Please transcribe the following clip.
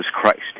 Christ